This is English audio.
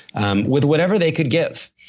um with whatever they could give.